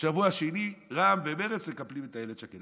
ושבוע שני, רע"ם ומרצ מקפלים את אילת שקד.